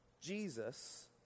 Jesus